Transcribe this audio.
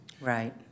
Right